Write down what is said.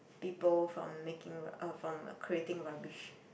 people from making um from creating rubbish